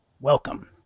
welcome